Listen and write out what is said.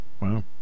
Wow